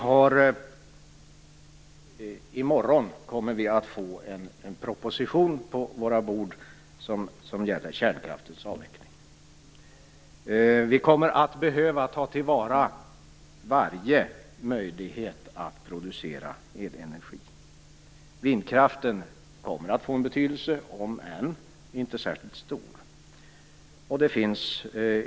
I morgon kommer vi att få en proposition på våra bord som gäller kärnkraftens avveckling. Vi kommer att behöva ta till vara varje möjlighet att producera elenergi. Vindkraften kommer att få betydelse, om än inte särskilt stor.